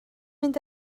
mynd